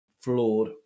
flawed